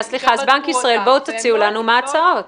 בנק ישראל, תציעו לנו ותאמרו מה ההצעות.